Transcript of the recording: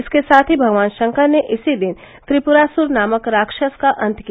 इसके साथ ही भगवान शंकर ने इसी दिन त्रिपुरासुर नामक राक्षस का अंत किया